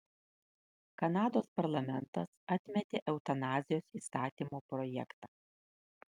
kanados parlamentas atmetė eutanazijos įstatymo projektą